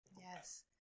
Yes